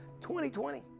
2020